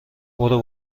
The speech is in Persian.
برو